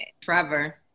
Trevor